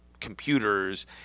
Computers